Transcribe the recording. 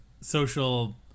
social